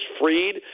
freed